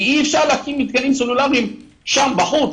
כי אי-אפשר להקים מתקנים סלולריים שם בחוץ,